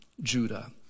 Judah